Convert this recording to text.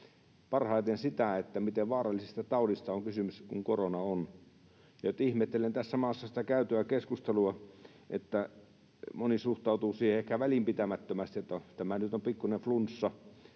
parhaiten sitä, miten vaarallisesta taudista on kysymys kuin korona on. Ihmettelen tässä maassa sitä käytyä keskustelua, että moni suhtautuu siihen ehkä välinpitämättömästi, että tämä nyt on pikkuinen flunssa,